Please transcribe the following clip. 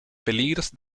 peligros